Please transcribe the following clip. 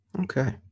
Okay